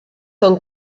són